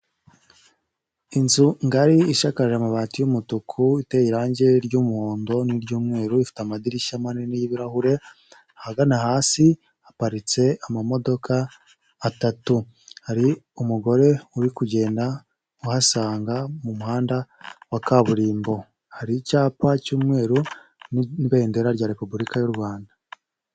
Inzu ngari ishakaje amabati y'umutuku iteye irange ry'umuhondo n'iry'umweru ifite amadirishya manini y'ibirahure, ahagana hasi haparitse amamodoka atatu, hari umugore uri kugenda uhasanga mu muhanda wa kaburimbo, hari icyapa cy'umweru n'ibendera rya repubulika y'u Rwanda.